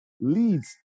leads